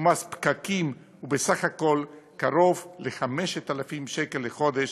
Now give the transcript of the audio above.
ומס פקקים, ובסך הכול קרוב ל-5,000 שקל לחודש